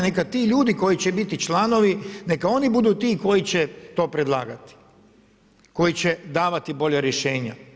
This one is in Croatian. Neka ti ljudi koji će biti članovi, neka oni budu ti koji će to predlagati, koji će davati bolja rješenja.